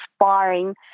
inspiring